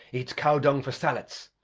eats cow-dung for sallets,